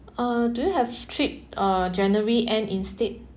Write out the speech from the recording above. uh do you have trip uh january end instead